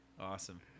Awesome